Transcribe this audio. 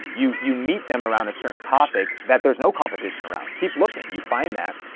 you you meet them around a certain topic that there's no competition around. keep looking, you find that,